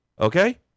okay